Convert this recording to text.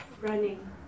Running